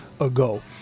ago